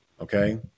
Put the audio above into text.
okay